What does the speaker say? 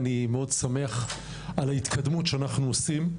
אני מאוד שמח על ההתקדמות שאנחנו עושים.